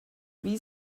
wie